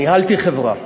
ניהלתי חברה,